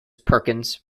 perkins